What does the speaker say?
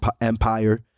empire